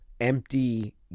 empty